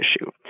issue